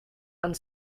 and